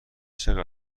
چقدر